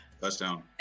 Touchdown